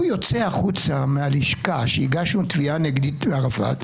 הוא יוצא החוצה מהלשכה שהגשנו תביעה נגדית לערפאת,